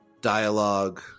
dialogue